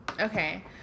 Okay